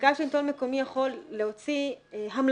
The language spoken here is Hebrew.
מרכז שלטון מקומי יכול להוציא המלצות,